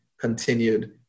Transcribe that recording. continued